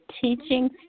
teaching